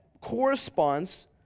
corresponds